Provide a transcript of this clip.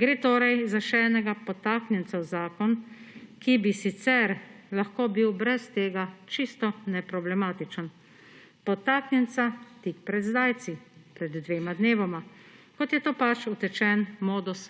Gre torej za še enega potaknjenca v zakon, ki bi sicer lahko bil brez tega čisto neproblematičen, potaknjenca tik pred zdajci, pred dvema dnevoma, kot je to pač utečen modus